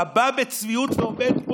אתה בא בצביעות ועומד פה,